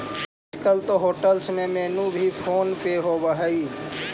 आजकल तो होटेल्स में मेनू भी फोन पे हइ